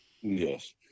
Yes